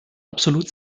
absolut